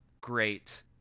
Great